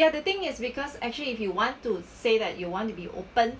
ya the thing is because actually if you want to say that you want to be open